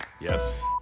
Yes